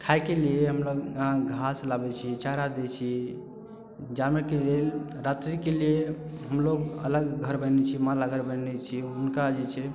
खाय के लिए हमलोग घास लाबै छी चारा दै छी जानवर के लेल रात्री के लिए हमलोग अलग घर बनेने छी माल घर बनेने छी हुनका जे छै